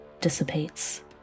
dissipates